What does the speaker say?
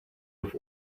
with